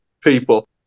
people